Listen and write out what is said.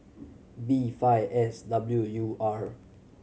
B five S W U R